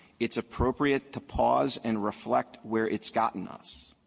it's appropriate to pause and reflect where it's gotten us.